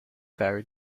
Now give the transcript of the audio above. ferro